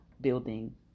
building